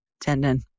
Tendon